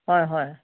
হয় হয়